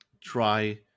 try